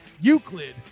Euclid